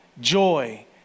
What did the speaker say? joy